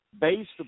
based